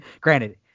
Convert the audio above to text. granted